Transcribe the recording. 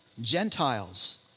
Gentiles